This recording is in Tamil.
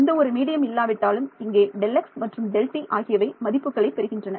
எந்த ஒரு மீடியம் இல்லாவிட்டாலும் இங்கே Δx மற்றும் Δt ஆகியவை மதிப்புகளை பெறுகின்றன